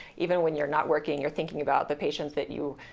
even when you're not working you're thinking about the patients that you.